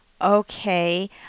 Okay